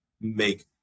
make